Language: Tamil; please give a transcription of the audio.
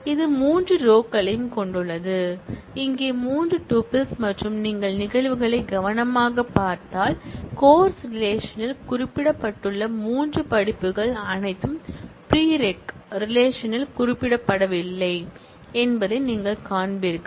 இது மூன்று ரோகளையும் கொண்டுள்ளது இங்கே மூன்று டூப்பிள்ஸ் மற்றும் நீங்கள் நிகழ்வுகளை கவனமாகப் பார்த்தால் கோர்ஸ் ரிலேஷன்ல் குறிப்பிடப்பட்டுள்ள மூன்று படிப்புகள் அனைத்தும் ப்ரீரேக் ரிலேஷன்ல் குறிப்பிடப்படவில்லை என்பதை நீங்கள் காண்பீர்கள்